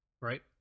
right